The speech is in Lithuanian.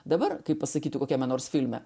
dabar kaip pasakytų kokiame nors filme